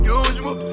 usual